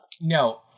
No